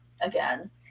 again